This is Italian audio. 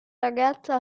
ragazza